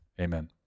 amen